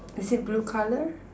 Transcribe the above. is it blue colour